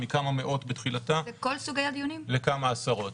מכמה מאות בתחילתה לכמה עשרות.